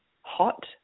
hot